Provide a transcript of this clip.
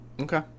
Okay